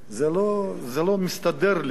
זה לא מסתדר לי.